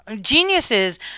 Geniuses